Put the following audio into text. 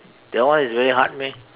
that one is very hard meh